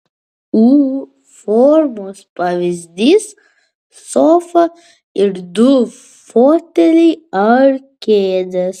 u formos pavyzdys sofa ir du foteliai ar kėdės